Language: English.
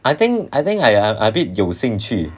I think I think I am a bit 有兴趣